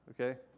okay